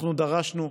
אנחנו דרשנו,